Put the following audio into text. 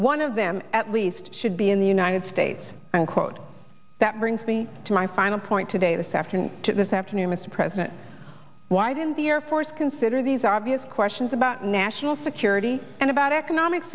one of them at least should be in the united states and quote that brings me to my final point today this afternoon to this afternoon mr president why didn't the air force consider these obvious questions about national security and about economic